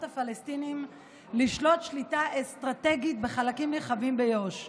הפלסטינים לשלוט שליטה אסטרטגית בחלקים נרחבים ביו"ש.